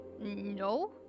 No